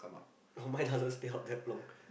oh my doesn't stay out that long